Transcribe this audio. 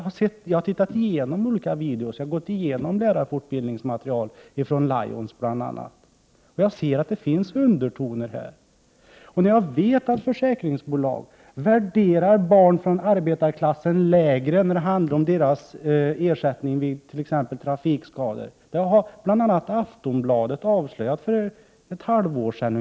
När jag har gått igenom olika videofilmer och material för fortbildning från bl.a. Lions har jag märkt att det finns undertoner. Jag vet att försäkringsbolag värderar barn från arbetarklass lägre när det gäller ersättning vid t.ex. trafikskador — det har bl.a. Aftonbladet avslöjat för ett halvår sedan.